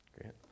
Great